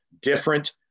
different